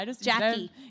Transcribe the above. Jackie